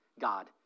God